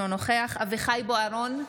אינו נוכח אביחי אברהם בוארון,